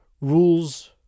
rules